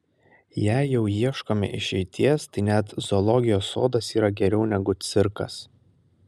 jei jau ieškome išeities tai net zoologijos sodas yra geriau negu cirkas